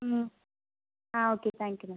ம் ah okay thank you ma'am